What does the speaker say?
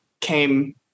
came